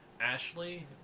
Ashley